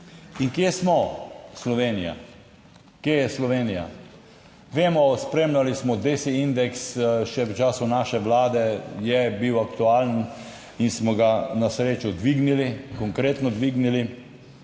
In kje smo Slovenija, kje je Slovenija? Vemo, spremljali smo DESI indeks, še v času naše vlade je bil aktualen in smo ga na srečo dvignili, konkretno dvignili.